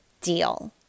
deal